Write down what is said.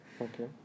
Okay